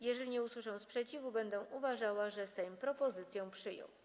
Jeżeli nie usłyszę sprzeciwu, będę uważała, że Sejm propozycję przyjął.